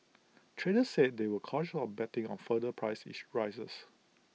traders said they were cautious on betting on further price each rises